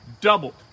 doubled